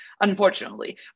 unfortunately